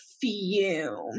fume